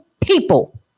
people